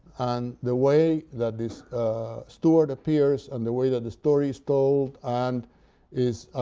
and the way that this steward appears, and the way that the story is told, and is